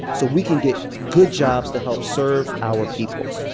so we can get good jobs to help serve our people.